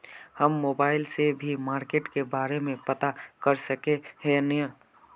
हम मोबाईल से भी मार्केट के बारे में पता कर सके है नय?